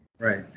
Right